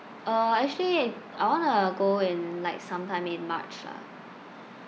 uh actually I want to go in like some time in march lah